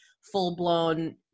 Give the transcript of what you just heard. full-blown